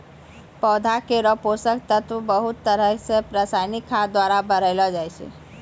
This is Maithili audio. पौधा केरो पोषक तत्व क बहुत तरह सें रासायनिक खाद द्वारा बढ़ैलो जाय छै